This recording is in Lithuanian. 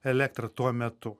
elektrą tuo metu